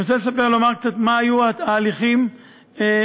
אני רוצה לומר קצת מה היו התהליכים הקודמים: